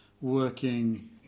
working